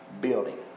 building